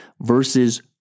versus